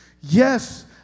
Yes